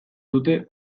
dute